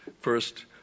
first